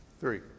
Three